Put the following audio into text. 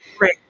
Right